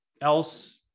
else